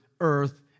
earth